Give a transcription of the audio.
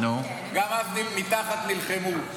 גם אז, מתחת, נלחמו.